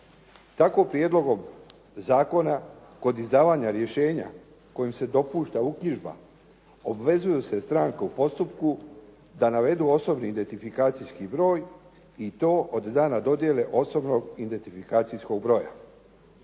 Tako prijedlogom zakona kod izdavanja rješenja kojim se dopušta uknjižba obvezuju se stranke u postupku da navedu osobni identifikacijski broj i to od dana dodjele osobnog identifikacijskog broja.